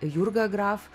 jurga graf